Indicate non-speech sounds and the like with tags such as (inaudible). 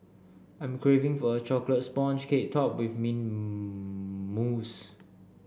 I am craving for a chocolate sponge cake topped with mint (hesitation) mousse